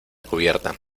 cubierta